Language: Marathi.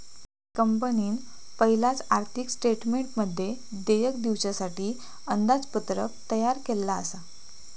कंपनीन पयलाच आर्थिक स्टेटमेंटमध्ये देयक दिवच्यासाठी अंदाजपत्रक तयार केल्लला आसा